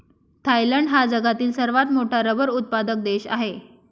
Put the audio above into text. Thailand हा जगातील सर्वात मोठा रबर उत्पादक देश आहे